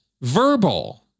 verbal